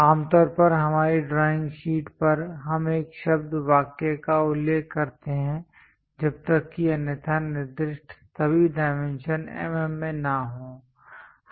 आमतौर पर हमारी ड्राइंग शीट पर हम एक शब्द वाक्य का उल्लेख करते हैं जब तक कि अन्यथा निर्दिष्ट सभी डायमेंशन mm में न हों